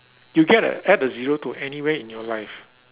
you get a add a zero to anywhere in your life